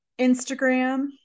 Instagram